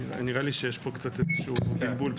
נראה לי שיש פה איזשהו בלבול.